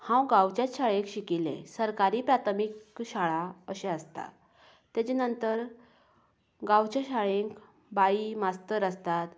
हांव गांवचेच शाळेंत शिकिल्लें सरकारी प्रथमीक शाळा अशें आसता तेजे नंतर गांवचे शाळेंत बाई मास्तर आसतात